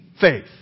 faith